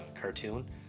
cartoon